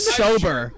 sober